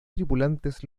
tripulantes